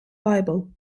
bible